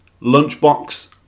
Lunchbox